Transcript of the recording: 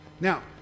Now